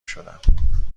شدم